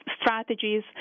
strategies